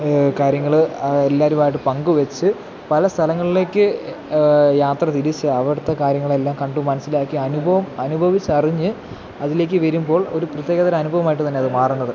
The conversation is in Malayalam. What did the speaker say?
കാര്യങ്ങൾ എല്ലാവരുമായിട്ട് പങ്കു വെച്ചു പല സ്ഥലങ്ങളിലേക്ക് യാത്ര തിരിച്ച് അവിടുത്തെ കാര്യങ്ങളെല്ലാം കണ്ടു മനസ്സിലാക്കി അനുഭവം അനുഭവിച്ചറിഞ്ഞ് അതിലേക്കു വരുമ്പോൾ ഒരു പ്രത്യേക തരം അനുഭവമായിട്ടു തന്നെ അതു മാറുന്നത്